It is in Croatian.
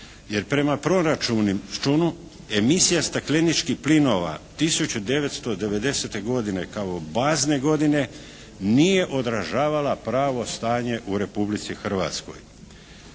Jer prema proračunu emisija stakleničkih plinova 1990. godine kao bazne godine nije odražavala pravo stanje u Republici Hrvatskoj.